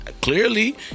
Clearly